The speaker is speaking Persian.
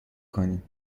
کنیم